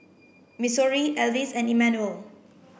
Missouri Alvis and Immanuel